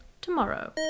tomorrow